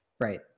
Right